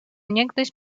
niegdyś